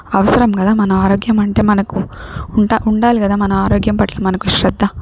అవసరం కదా మన ఆరోగ్యం అంటే మనకు ఉంటా ఉండాలి కదా మన ఆరోగ్యం పట్ల మనకు శ్రద్ధ